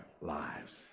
lives